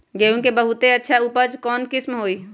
गेंहू के बहुत अच्छा उपज कौन किस्म होई?